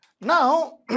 Now